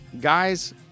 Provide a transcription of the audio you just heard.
guys